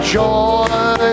joy